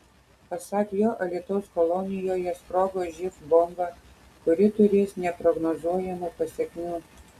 pasak jo alytaus kolonijoje sprogo živ bomba kuri turės neprognozuojamų pasekmių